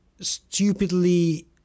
stupidly